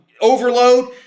overload